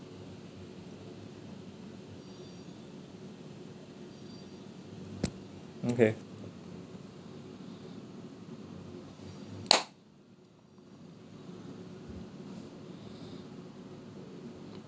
okay